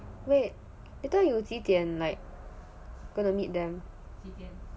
wait later you 几点 like going to meet them